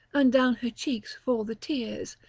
and down her cheeks fall the tears,